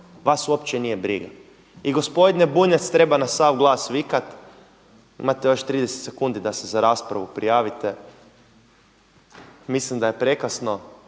Vaš uopće nije briga. I gospodine Bunjac, treba na sav glas vikati, imate još 30 sekundi da se za raspravu prijavite. Mislim da je prekasno.